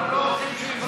אנחנו לא רוצים שהוא יברח,